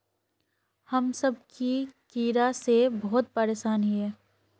हम सब की कीड़ा से बहुत परेशान हिये?